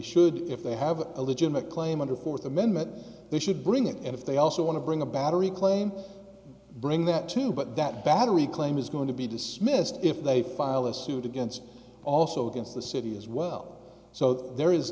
should if they have a legitimate claim under fourth amendment they should bring it and if they also want to bring a battery claim bring that to but that battery claim is going to be dismissed if they file a suit against also against the city as well so there is